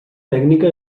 tècnica